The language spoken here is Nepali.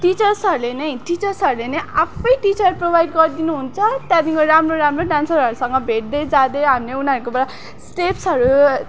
टिचर्सहरूले नै टिचर्सहरूले नै आफै टिचर प्रोभाइड गरिदिनु हुन्छ त्यहाँदेखिको राम्रो राम्रो डान्सरहरूसँग भेट्दै जाँदै हामीले उनीहरूकोबाट स्टेप्सहरू